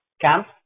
camp